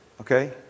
Okay